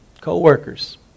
co-workers